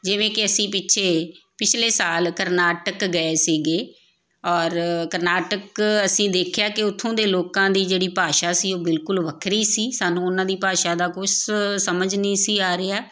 ਜਿਵੇਂ ਕਿ ਅਸੀਂ ਪਿੱਛੇ ਪਿਛਲੇ ਸਾਲ ਕਰਨਾਟਕ ਗਏ ਸੀਗੇ ਔਰ ਕਰਨਾਟਕ ਅਸੀਂ ਦੇਖਿਆ ਕਿ ਉੱਥੋਂ ਦੇ ਲੋਕਾਂ ਦੀ ਜਿਹੜੀ ਭਾਸ਼ਾ ਸੀ ਉਹ ਬਿਲਕੁਲ ਵੱਖਰੀ ਸੀ ਸਾਨੂੰ ਉਹਨਾਂ ਦੀ ਭਾਸ਼ਾ ਦਾ ਕੁਛ ਸਮਝ ਨਹੀਂ ਸੀ ਆ ਰਿਹਾ